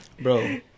Bro